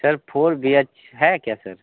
sir four B H K है क्या sir